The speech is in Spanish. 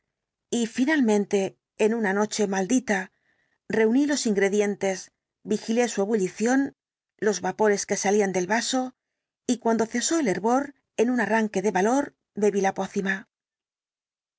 y finalmente en una noche maldita reuní los ingredientes vigilé su ebullición los vapores que salían del vaso y cuando cesó el hervor en un arranque de valor bebí la pócima